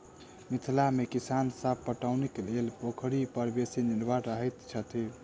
मिथिला मे किसान सभ पटौनीक लेल पोखरि पर बेसी निर्भर रहैत छथि